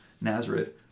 Nazareth